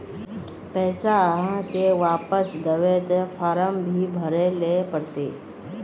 पैसा आहाँ के वापस दबे ते फारम भी भरें ले पड़ते?